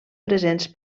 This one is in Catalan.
presents